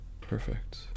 Perfect